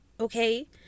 okay